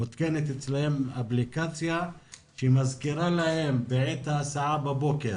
מותקנת אצלם אפליקציה שמזכירה להם בעת ההסעה בבוקר